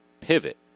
pivot